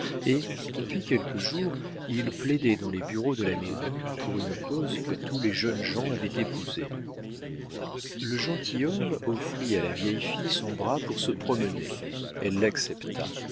et depuis quelques jours il plaidait dans les bureaux de la mairie pour une cause que tous les jeunes gens avaient épousée le gentilhomme offrit à la vieille fille son bras pour se promener elle l'accepta